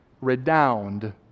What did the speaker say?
redound